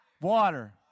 water